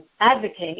advocate